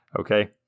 Okay